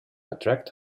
attract